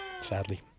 sadly